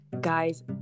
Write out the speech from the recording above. guys